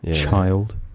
child